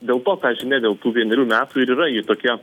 dėl to ta žinia dėl tų vienerių metų ir yra ji tokia